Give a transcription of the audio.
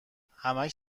همش